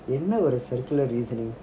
circular reasoning